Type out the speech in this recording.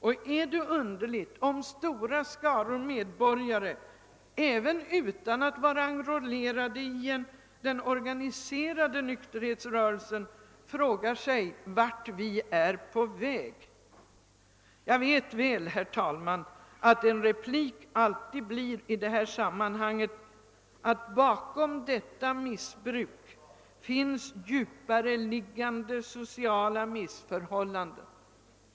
Och är det underligt om stora skaror medborgare, även utan att vara enrollerade i den organiserade nykterhetsrörelsen, frågar sig vart vi är på väg? Jag vet väl, herr talman, att en replik i det här sammanhanget alltid blir att bakom detta missbruk finns djupare liggande sociala missförhållanden.